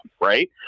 right